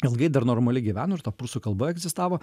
ilgai dar normaliai gyveno ir ta prūsų kalba egzistavo